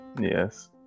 Yes